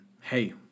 Hey